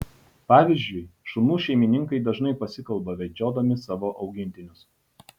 pavyzdžiui šunų šeimininkai dažnai pasikalba vedžiodami savo augintinius